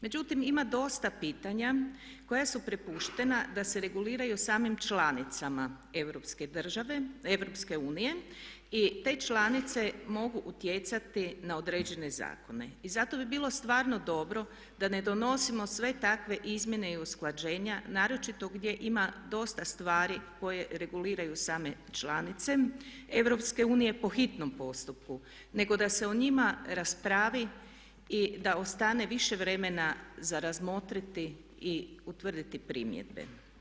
Međutim, ima dosta pitanja koja su prepuštena da se reguliraju samim članicama EU, i te članice mogu utjecati na određene zakone i zato bi bilo stvarno dobro da ne donosimo sve takve izmjene i usklađenja naročito gdje ima dosta stvari koje reguliraju same članice EU po hitnom postupku nego da se o njima raspravi i da ostane više vremena za razmotriti i utvrditi primjedbe.